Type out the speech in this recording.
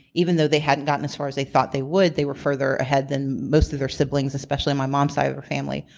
even though they hadn't gotten as far as they thought they would, they were further ahead than most of their siblings, especially on my mom's side of the family.